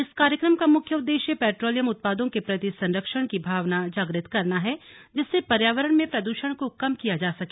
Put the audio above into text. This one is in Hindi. इस कार्यक्रम का मुख्य उद्देशय पैट्रोलियम उत्पादों के प्रति संरक्षण की भावना जागृत करना है जिससे पर्यावरण में प्रदूषण को कम किया जा सके